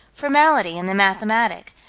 formality and the mathematic,